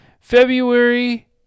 February